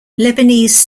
lebanese